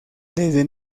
desde